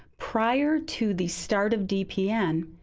prior to the start of dpn,